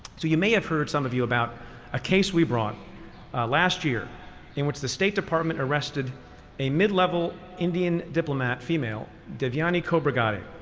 so you may have heard, some of you, about a case we brought last year in which the state department arrested a mid-level indian diplomat female, devyani khobragade,